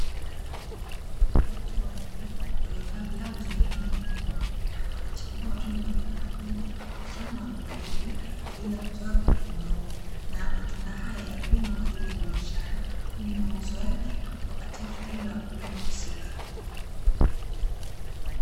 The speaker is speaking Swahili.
Watu wanne waliovaa glavu zenye rangi nyekundu, wanachambua matunda madogomadogo mfano wa mbilimbi kwa ajili ya kuziweka kwenye ndoo, na matunda haya yamelimwa kwa ajili ya biashara, kwani mauzo yake huwapatia faida wakulima husika.